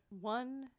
One